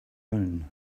alone